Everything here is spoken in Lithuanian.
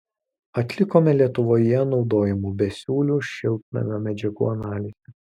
atlikome lietuvoje naudojamų besiūlių šiltinimo medžiagų analizę